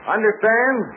Understand